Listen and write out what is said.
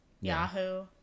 Yahoo